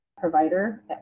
provider